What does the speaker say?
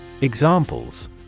Examples